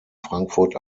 frankfurt